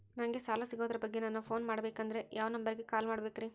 ನಂಗೆ ಸಾಲ ಸಿಗೋದರ ಬಗ್ಗೆ ನನ್ನ ಪೋನ್ ಮಾಡಬೇಕಂದರೆ ಯಾವ ನಂಬರಿಗೆ ಕಾಲ್ ಮಾಡಬೇಕ್ರಿ?